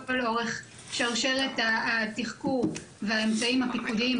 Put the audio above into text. אורך שרשרת התחקור והאמצעים הפיקודיים,